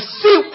see